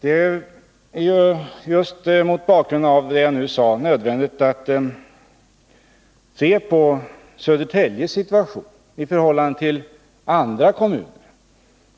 Just mot bakgrund av det jag nu sade är det nödvändigt att se på Södertäljes situation i förhållande till andra kommuner.